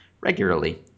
regularly